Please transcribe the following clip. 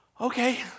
okay